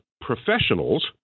professionals